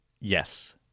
Yes